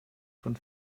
von